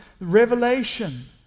revelation